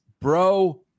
bro